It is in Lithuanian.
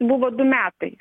buvo du metai